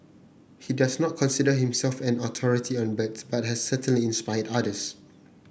he does not consider himself an authority on birds but has certainly inspired others